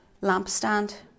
lampstand